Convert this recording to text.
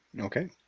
Okay